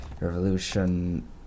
revolution